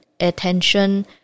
attention